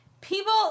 people